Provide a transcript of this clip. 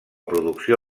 producció